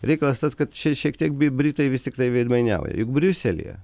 reikalas tas kad čia šiek tiek bi britai vis tiktai veidmainiauja juk briuselyje